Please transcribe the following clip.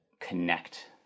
connect